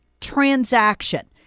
transaction